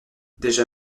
déjà